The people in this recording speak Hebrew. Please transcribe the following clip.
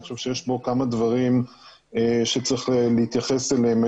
אני חושב שיש בו כמה דברים שצריך להתייחס אליהם.